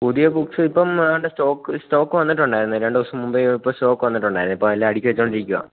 പുതിയ ബുക്സ് ഇപ്പം ഏതാണ്ട് സ്റ്റോക്ക് സ്റ്റോക്ക് വന്നിട്ടുണ്ടായിരുന്നെ രണ്ടുദിവസം മുമ്പേ ഇപ്പം സ്റ്റോക്ക് വന്നിട്ടുണ്ടായിരുന്നു ഇപ്പം എല്ലാം അടുക്കിവെച്ചുകൊണ്ടിരിക്കുകയാ